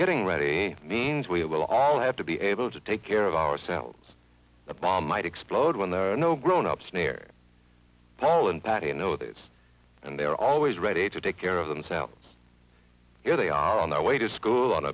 getting ready means we will all have to be able to take care of ourselves a bomb might explode when there are no grownups near poland that you know this and they are always ready to take care of themselves here they are on their way to school on